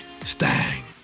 Stang